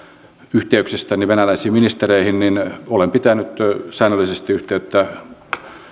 yhteyksistäni venäläisiin ministereihin niin olen pitänyt säännöllisesti yhteyttä